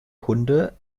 hunde